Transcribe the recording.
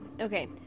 Okay